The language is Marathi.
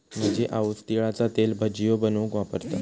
माझी आऊस तिळाचा तेल भजियो बनवूक वापरता